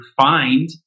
find